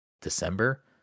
December